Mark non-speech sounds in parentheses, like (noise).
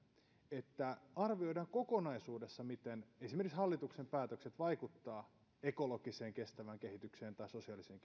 että arvioidaan kokonaisuudessa miten esimerkiksi hallituksen päätökset vaikuttavat ekologiseen kestävään kehitykseen tai sosiaaliseen (unintelligible)